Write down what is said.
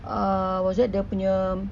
uh what was that dia punya